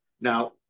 Now